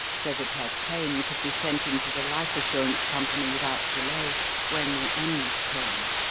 so that her claim could be sent into the life assurance company without delay when the end came.